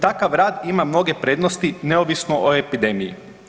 Takav rad ima mnoge prednosti neovisno o epidemiji.